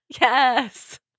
Yes